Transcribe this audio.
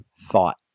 thought